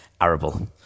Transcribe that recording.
arable